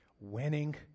Winning